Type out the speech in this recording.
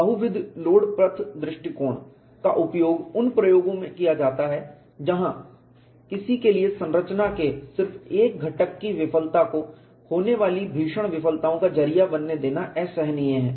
बहुविध लोड पथ दृष्टिकोण का उपयोग उन अनुप्रयोगों में किया जाता है जहां किसी के लिए संरचना के सिर्फ एक घटक की विफलता को होने वाली भीषण विफलताओं का जरिया बनने देना असहनीय है